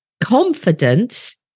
Confidence